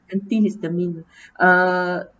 antihistamine uh